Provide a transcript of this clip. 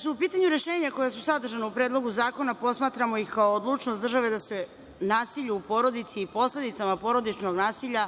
su u pitanju rešenja koja su sadržana u Predlogu zakona, posmatramo ih kao odlučnost države da se nasilju u porodici i posledicama porodičnog nasilja